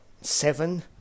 seven